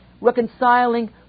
reconciling